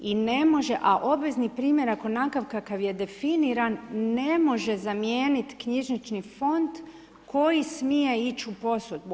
I ne može, a obvezni primjerak onakav kakav je definiran, ne može zamijeniti knjižnični fond, koji smije ići u posudbu.